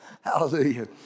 Hallelujah